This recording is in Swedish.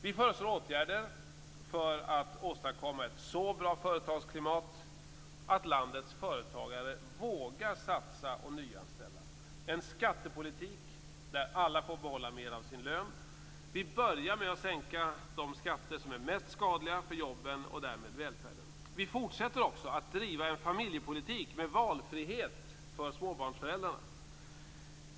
Vi föreslår åtgärder för att åstadkomma ett så bra företagsklimat att landets företagare vågar satsa och nyanställa med en skattepolitik där alla får behålla mer av sin lön. Vi börjar med att sänka de skatter som är mest skadliga för jobben och därmed välfärden. Vi fortsätter också att driva en familjepolitik med valfrihet för småbarnsföräldrarna.